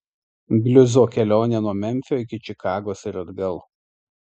bliuzo kelionė nuo memfio iki čikagos ir atgal